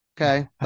okay